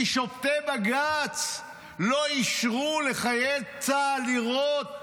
כי שופטי בג"ץ לא אישרו לחיילי צה"ל לירות